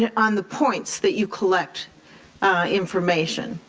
yeah on the points that you collect information,